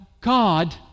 God